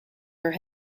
her